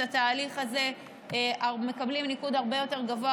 התהליך הזה מקבלים ניקוד הרבה יותר גבוה,